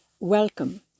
Welcome